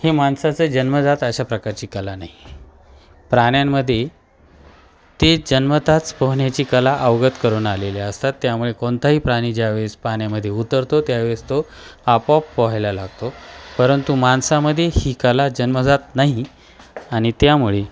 हे माणसाचं जन्मजात अशा प्रकारची कला नाही प्राण्यामध्ये ते जन्मताच पोहण्याची कला अवगत करून आलेले असतात त्यामुळे कोणताही प्राणी ज्यावेळेस पाण्यामध्ये उतरतो त्यावेळेस तो आपोआप पोहायला लागतो परंतु माणसामध्ये ही कला जन्मजात नाही आणि त्यामुळे